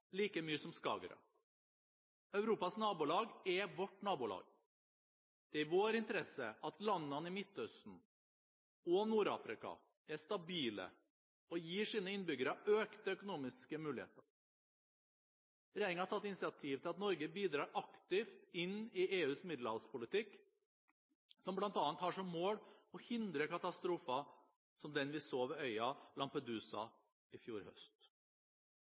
like mye som Skagerrak. Europas nabolag er vårt nabolag. Det er i vår interesse at landene i Midtøsten og Nord-Afrika er stabile og gir sine innbyggere økte økonomiske muligheter. Regjeringen har tatt initiativ til at Norge bidrar aktivt inn i EUs middelhavspolitikk, som bl.a. har som mål å hindre katastrofer som den vi så ved øya Lampedusa i fjor høst.